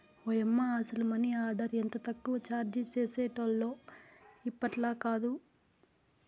ఓయమ్మ, అసల money order ఎంత తక్కువ చార్జీ చేసేటోల్లో ఇప్పట్లాకాదు